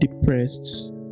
depressed